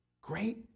Great